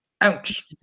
Ouch